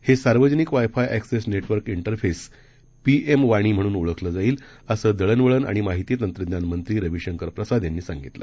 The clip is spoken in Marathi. हे सार्वजनिक wifi access network interface PM Wani म्हणून ओळखलं जाईल असं दळणवळण आणि माहिती तंत्रज्ञान मंत्री रवी शंकर प्रसाद यांनी सांगितलं